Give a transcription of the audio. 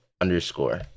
underscore